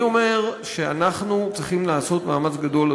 אני אומר שאנחנו צריכים לעשות מאמץ גדול,